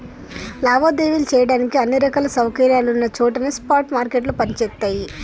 లావాదేవీలు చెయ్యడానికి అన్ని రకాల సౌకర్యాలున్న చోటనే స్పాట్ మార్కెట్లు పనిచేత్తయ్యి